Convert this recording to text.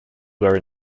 very